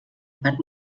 parc